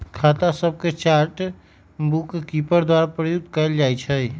खता सभके chart bookkeeper द्वारा प्रयुक्त कएल जाइ छइ